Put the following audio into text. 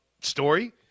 story